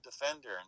defender